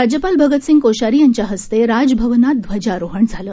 राज्यपाल भगतसिंह कोश्यारी यांच्याहस्ते राजभवनात ध्वजारोहण झालं